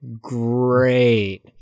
great